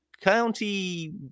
county